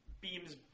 beams